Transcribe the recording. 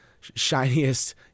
shiniest